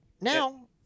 Now